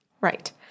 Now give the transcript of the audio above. Right